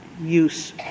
use